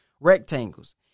rectangles